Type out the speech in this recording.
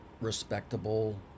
respectable